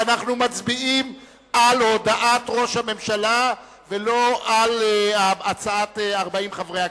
ואנחנו מצביעים על הודעת ראש הממשלה ולא על הצעת 40 חברי הכנסת.